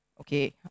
okay